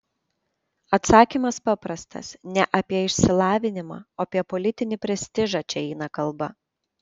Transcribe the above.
atsakymas paprastas ne apie išsilavinimą o apie politinį prestižą čia eina kalba